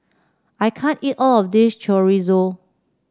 I can't eat all of this Chorizo